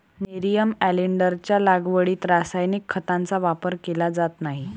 nerium ऑलिंडरच्या लागवडीत रासायनिक खतांचा वापर केला जात नाही